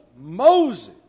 Moses